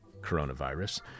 Coronavirus